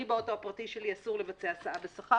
לי באוטו הפרטי שלי אסור לבצע הסעה בשכר.